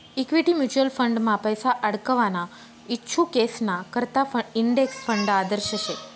equity mutual फंडमा पैसा आडकवाना इच्छुकेसना करता इंडेक्स फंड आदर्श शे